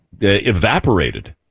evaporated